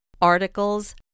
articles